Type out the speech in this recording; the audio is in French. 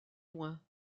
loin